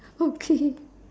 okay